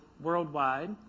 worldwide